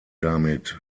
damit